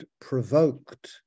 provoked